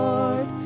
Lord